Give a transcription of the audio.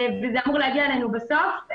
וזה אמור להגיע אלינו בסוף.